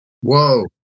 Whoa